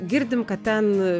girdim kad ten